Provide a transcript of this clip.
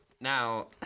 now